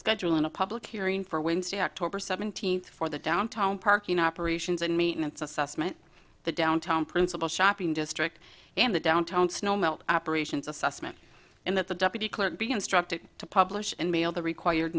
schedule in a public hearing for windy october seventeenth for the downtown parking operations and maintenance assessment the downtown principal shopping district and the downtown snow melt operations assessment in that the deputy clerk be instructed to publish and mail the required